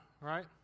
right